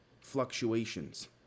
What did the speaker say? fluctuations